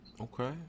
Okay